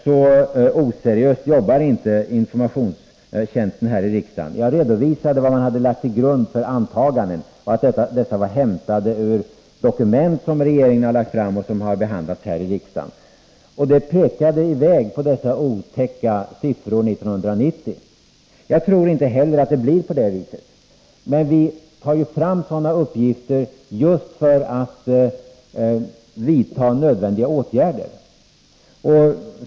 Så oseriöst jobbar inte utredningstjänsten här i riksdagen. Jag redovisade vad man hade lagt till grund för antaganden och att dessa var hämtade ur dokument som regeringen har lagt fram och som har behandlats i riksdagen. Det pekades fram mot dessa otäcka siffror 1990. Jag tror inte heller att det blir på det viset, men vi tar ju fram sådana uppgifter just för att kunna vidta nödvändiga åtgärder.